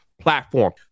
platform